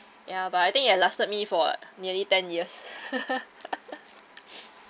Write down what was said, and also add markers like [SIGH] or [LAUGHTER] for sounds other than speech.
ya but I think it had lasted me for nearly ten years [LAUGHS] [BREATH]